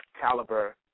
caliber